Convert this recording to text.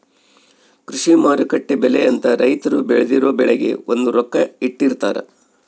ಕೃಷಿ ಮಾರುಕಟ್ಟೆ ಬೆಲೆ ಅಂತ ರೈತರು ಬೆಳ್ದಿರೊ ಬೆಳೆಗೆ ಒಂದು ರೊಕ್ಕ ಇಟ್ಟಿರ್ತಾರ